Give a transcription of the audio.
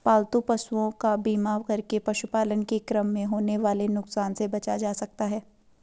पालतू पशुओं का बीमा करके पशुपालन के क्रम में होने वाले नुकसान से बचा जा सकता है